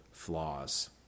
flaws